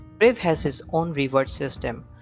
brave has his own reward system.